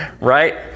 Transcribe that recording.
right